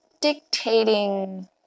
dictating